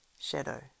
shadow